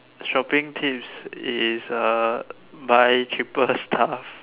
shopping tips is uh buy cheapest stuff